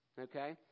Okay